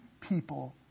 people